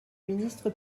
ministre